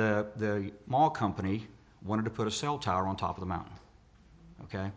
the mall company wanted to put a cell tower on top of a mountain ok